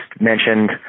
mentioned